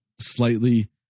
slightly